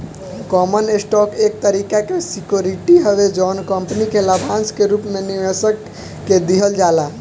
common stock एक तरीका के सिक्योरिटी हवे जवन कंपनी के लाभांश के रूप में निवेशक के दिहल जाला